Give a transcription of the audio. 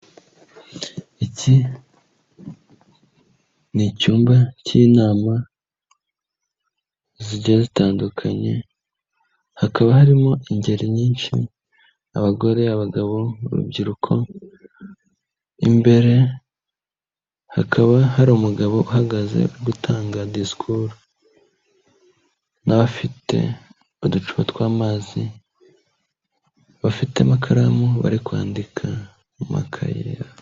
Iki ni icyumba k'inama zigiye zitandukanye hakaba harimo ingeri nyinshi abagore, abagabo urubyiruko, imbere hakaba hari umugabo uhagaze urigutanga disikuru n'abafite uducupa tw'amazi bafite amakaramu bari kwandika mu makaye.